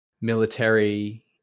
military